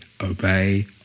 obey